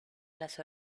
las